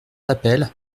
d’appel